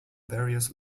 various